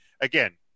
again